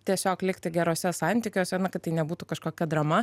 tiesiog likti geruose santykiuose kad tai nebūtų kažkokia drama